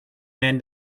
man